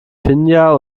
finja